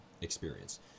experience